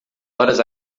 horas